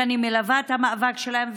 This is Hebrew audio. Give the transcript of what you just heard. שאני מלווה את המאבק שלהן.